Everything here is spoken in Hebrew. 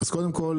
קודם כל,